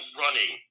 running